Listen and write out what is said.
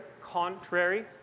contrary